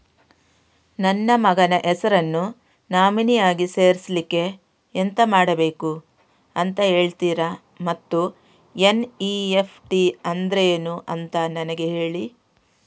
ನನ್ನ ಮಗನ ಹೆಸರನ್ನು ನಾಮಿನಿ ಆಗಿ ಸೇರಿಸ್ಲಿಕ್ಕೆ ಎಂತ ಮಾಡಬೇಕು ಅಂತ ಹೇಳ್ತೀರಾ ಮತ್ತು ಎನ್.ಇ.ಎಫ್.ಟಿ ಅಂದ್ರೇನು ಅಂತ ನನಗೆ ಹೇಳಿ